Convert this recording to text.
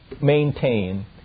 maintain